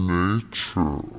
nature